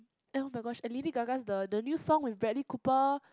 and oh-my-gosh Lady-Gaga the the new song with Bradley-Cooper